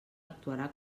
actuarà